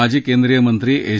माजी केंद्रीय मंत्री एस